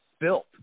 built